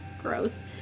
gross